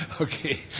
Okay